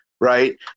right